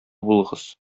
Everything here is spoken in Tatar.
булыгыз